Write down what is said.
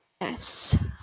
Yes